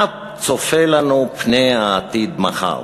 מה צופה לנו העתיד מחר,